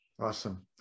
awesome